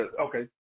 okay